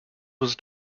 was